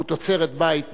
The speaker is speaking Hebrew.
הוא תוצרת בית מוחלטת.